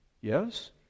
Yes